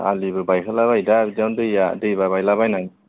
आलिबो बायहोला बायो दा बिदियावनो दैमा बायलाबायनानै